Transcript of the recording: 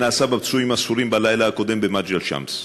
שנעשה בפצועים הסורים בלילה הקודם במג'דל-שמס.